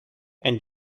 and